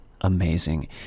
amazing